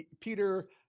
Peter